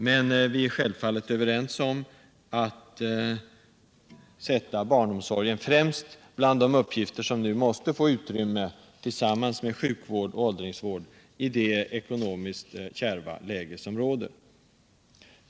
Men vi är överens om att sätta barnomsorgen tillsammans med sjukvård och åldringsvård främst bland de uppgifter som måste få utrymme i det ekonomiskt kärva läge som råder.